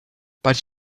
but